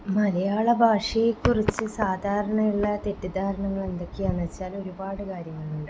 മലയാള ഭാഷയെക്കുറിച്ച് സാധാരണയുള്ള തെറ്റിദ്ധാരണകൾ എന്തൊക്കെയെന്നു വെച്ചാൽ ഒരുപാട് കാര്യങ്ങളുണ്ട്